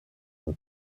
mon